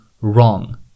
wrong